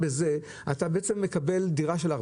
בזה אתה מקבל בעצם דירה של שלושה,